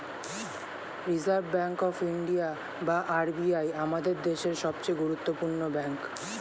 reserve bank of India বা RBI আমাদের দেশের সবচেয়ে গুরুত্বপূর্ণ ব্যাঙ্ক